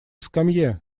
скамье